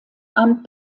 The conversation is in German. amt